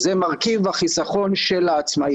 רשמתי שהוא צריך לשלם 4.45 עד 63,000 לשנה,